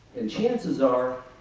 and chances are,